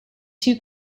two